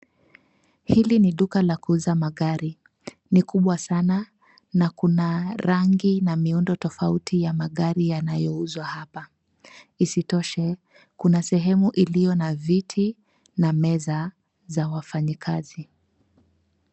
Hili ni duka la kuuza magari. Ni kubwa sana na kuna rangi na miundo tofauti ya magari yanayouzwa apa isitoshe kuna sehemu iliona viti na meza za wafanyikazi.